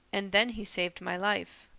and then he saved my life.